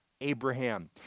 Abraham